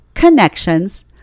connections